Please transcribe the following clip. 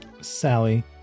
Sally